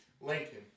Lincoln